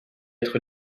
mettre